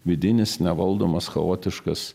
vidinis nevaldomas chaotiškas